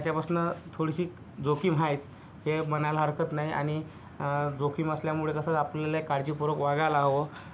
त्याच्यापासनं थोडीशी जोखीम आहेच हे म्हणायला हरकत नाही आणि जोखीम असल्यामुळं कसं आपल्याला काळजीपूर्वक वागायला हवं